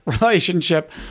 relationship